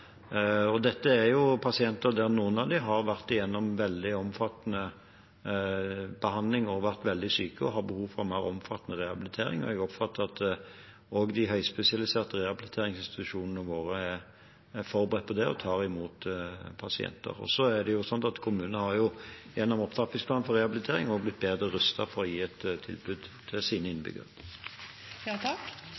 Dette er pasienter der noen av dem har vært gjennom veldig omfattende behandling og vært veldig syke, og har behov for mer omfattende rehabilitering. Jeg oppfatter at også de høyspesialiserte rehabiliteringsinstitusjonene våre er forberedt på det og tar imot pasienter. Så er det også slik at kommunene gjennom opptrappingsplanen for rehabilitering er blitt bedre rustet til å gi et tilbud til sine